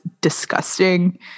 disgusting